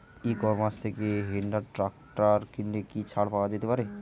ই commerce থেকে Honda tractor কিনলে কি ছাড় পাওয়া যেতে পারে?